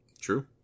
True